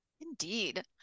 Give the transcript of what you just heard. Indeed